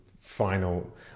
final